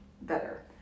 better